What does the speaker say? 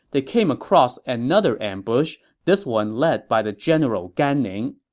they came across another ambush, this one led by the general gan ning.